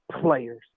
players